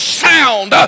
sound